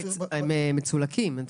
הם מצולקים.